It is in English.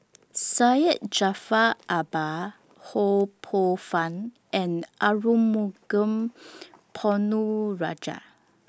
Syed Jaafar Albar Ho Poh Fun and Arumugam Ponnu Rajah